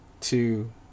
two